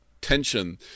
tension